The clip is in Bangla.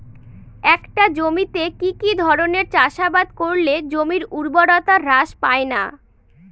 একটা জমিতে কি কি ধরনের চাষাবাদ করলে জমির উর্বরতা হ্রাস পায়না?